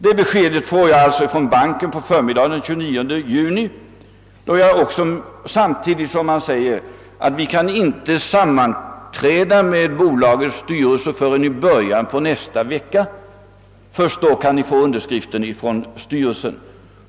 Det beskedet fick jag alltså från banken på förmiddagen den 29 juni, samtidigt som man meddelade att man inte kunde sammanträda med bolagets styrelse förrän i början av följande vecka. Först då kunde vi få underskriften från styrelsen.